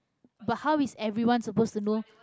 but how is everyone supposed to know